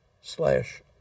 slash